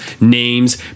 names